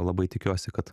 labai tikiuosi kad